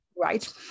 Right